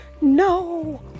no